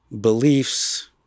beliefs